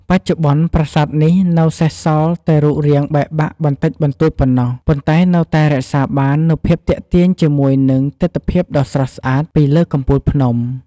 បច្ចុប្បន្ន ប្រាសាទនេះនៅសេសសល់តែរូបរាងបាក់បែកបន្តិចបន្តួចប៉ុណ្ណោះ ប៉ុន្តែនៅតែរក្សាបាននូវភាពទាក់ទាញជាមួយនឹងទិដ្ឋភាពដ៏ស្រស់ស្អាតពីលើកំពូលភ្នំ។